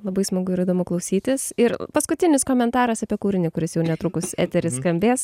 labai smagu ir įdomu klausytis ir paskutinis komentaras apie kūrinį kuris jau netrukus etery skambės